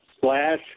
slash